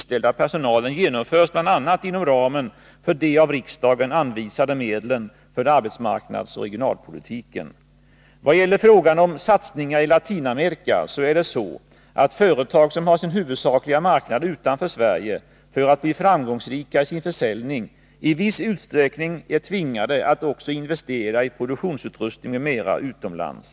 25 april 1983 Vad gäller frågan om satsningar i Latinamerika är det så att företag som har sin huvudsakliga marknad utanför Sverige, för att bli ftamgångsrika i sin Om verksamheten försäljning, i viss utsträckning är tvingade att också investera i produktions — vid verkstadsföutrustning m.m. utomlands.